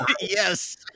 Yes